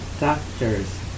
Doctors